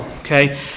okay